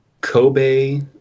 Kobe